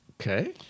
Okay